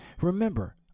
Remember